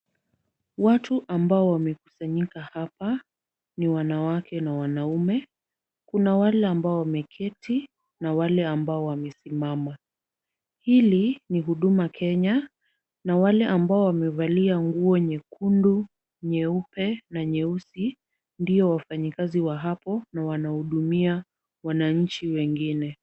Watu ambao wamekusanyika hapa ni wanawake na wanaume. Kuna wale ambao wameketi na wale ambao wamesimama. Hili ni huduma Kenya na wale ambao wamevalia nguo nyekundu, nyeupe na nyeusi ndio wafanyikazi wa hapo na wanahudumia wananchi wengine.